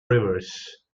rivers